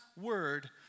word